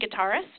guitarist